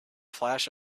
flash